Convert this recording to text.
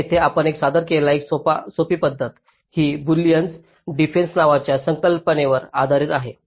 तर येथे आपण सादर केलेली एक सोपी पद्धत ही बुलियन डिफरेन्स नावाच्या संकल्पनेवर आधारित आहे